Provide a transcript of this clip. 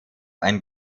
ein